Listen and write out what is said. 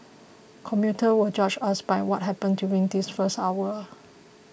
commuters will judge us by what happens during this first hour